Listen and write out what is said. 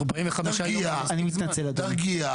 אני מתנצל אדוני.